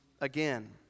again